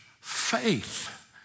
faith